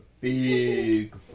big